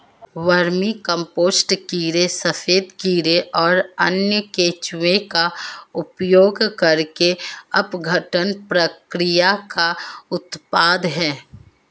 vermicompost कीड़े सफेद कीड़े और अन्य केंचुए का उपयोग करके अपघटन प्रक्रिया का उत्पाद है